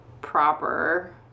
proper